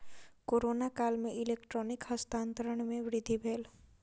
corona काल में electronic हस्तांतरण में वृद्धि भेल